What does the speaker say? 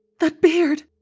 that beard.